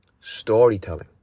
Storytelling